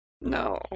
no